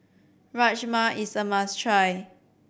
Rajma is a must try